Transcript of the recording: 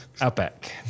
Outback